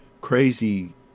crazy